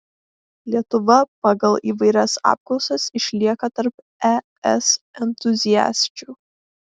lietuva pagal įvairias apklausas išlieka tarp es entuziasčių